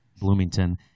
Bloomington